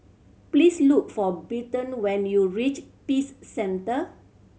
please look for Britton when you reach Peace Centre